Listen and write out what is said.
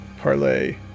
parlay